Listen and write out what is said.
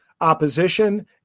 opposition